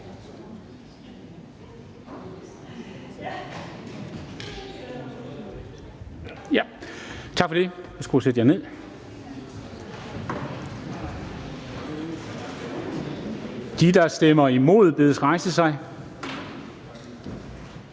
Tak for det. Værsgo at sætte jer ned. De, der stemmer imod, bedes rejse sig.